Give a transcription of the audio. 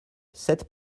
sept